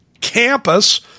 campus